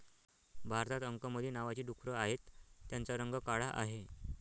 भारतात अंकमली नावाची डुकरं आहेत, त्यांचा रंग काळा आहे